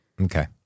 Okay